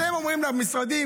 אתם אומרים למשרדים,